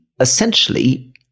essentially